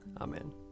Amen